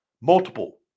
multiple